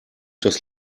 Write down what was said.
das